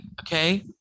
Okay